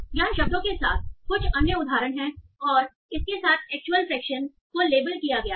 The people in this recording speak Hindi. यहाँ शब्दों के साथ कुछ अन्य उदाहरण हैं और इसके साथ एक्चुअल फ्रेक्शन को लेबल किया गया है